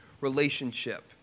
relationship